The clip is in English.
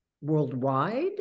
worldwide